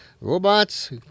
robots